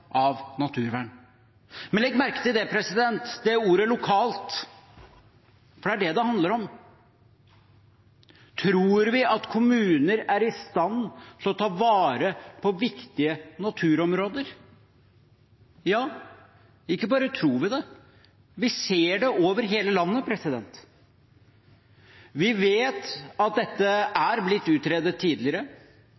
av naturvern. Men legg merke til ordet «lokalt», for det er det det handler om. Tror vi at kommuner er i stand til å ta vare på viktige naturområder? Ja, ikke bare tror vi det – vi ser det over hele landet. Vi vet at dette